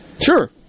Sure